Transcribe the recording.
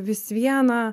vis vieną